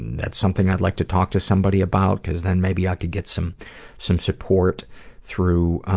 that's something i'd like to talk to somebody about because then maybe i could get some some support through